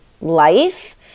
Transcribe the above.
life